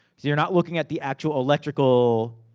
you're not looking at the actual electrical